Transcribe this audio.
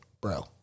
bro